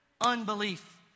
unbelief